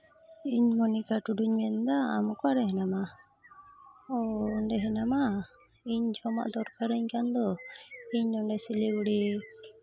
ᱤᱧ ᱢᱚᱱᱤᱠᱟ ᱴᱩᱰᱩᱧ ᱢᱮᱱᱫᱟ ᱟᱢ ᱚᱠᱟᱨᱮ ᱦᱮᱱᱟᱢᱼᱟ ᱚᱻ ᱚᱸᱰᱮ ᱦᱮᱱᱟᱢᱟ ᱤᱧ ᱡᱚᱢᱟᱜ ᱫᱚᱨᱠᱟᱨᱟᱹᱧ ᱠᱟᱱᱫᱚ ᱤᱧ ᱱᱚᱰᱮ ᱥᱤᱞᱤᱜᱩᱲᱤ